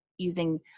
using